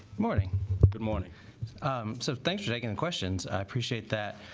morning but good morning um so thanks for taking questions i appreciate that